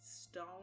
stone